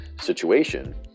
situation